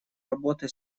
работы